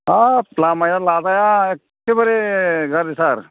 हाब लामाया लाजाया एक्केबारे गाज्रिथार